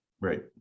Right